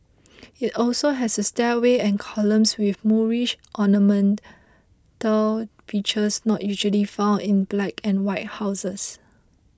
it also has a stairway and columns with Moorish ornamental features not usually found in black and white houses